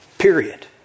Period